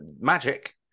magic